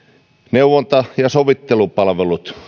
neuvonta ja sovittelupalvelut